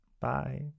Bye